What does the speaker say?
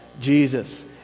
Jesus